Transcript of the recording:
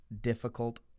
difficult